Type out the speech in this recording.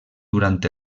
durant